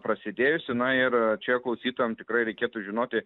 prasidėjusi na ir čia klausytojam tikrai reikėtų žinoti